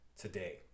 today